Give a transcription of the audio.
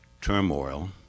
turmoil